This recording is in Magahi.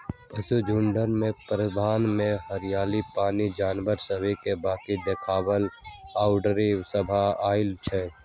पशुझुण्ड के प्रबंधन में हरियरी, पानी, जानवर सभ के बीक्री देखभाल आउरो सभ अबइ छै